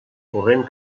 corrent